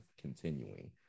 continuing